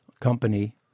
company